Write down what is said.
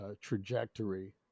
trajectory